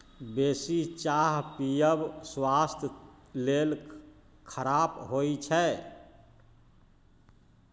बेसी चाह पीयब स्वास्थ्य लेल खराप होइ छै